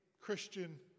christian